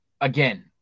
Again